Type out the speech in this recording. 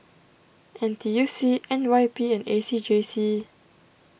N T U C N Y P and A C J C